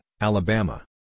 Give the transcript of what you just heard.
Alabama